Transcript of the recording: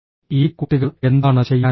ഈ കുട്ടികൾ എന്താണ് ചെയ്യാൻ പോകുന്നത്